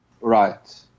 Right